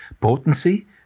potency